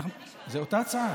זו אותה הצעה.